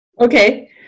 Okay